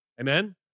Amen